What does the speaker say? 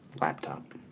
laptop